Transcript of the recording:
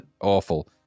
Awful